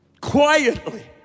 Quietly